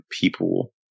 people